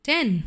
Ten